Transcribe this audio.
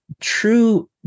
true